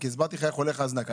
כי הסברתי לך איך הולכת ההזנקה.